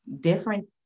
different